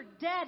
dead